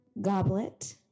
goblet